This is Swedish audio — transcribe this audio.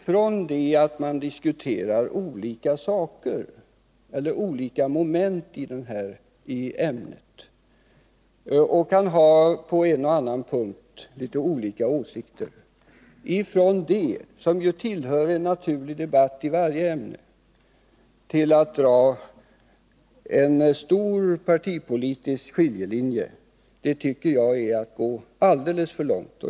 Från det att man diskuterar olika saker eller olika moment i ett ämne och kan på en och annan punkt ha litet olika åsikter, något som tillhör en naturlig debatt i varje ämne, till att dra en stor partipolitisk skiljelinje, tycker jag är att gå alldeles för långt.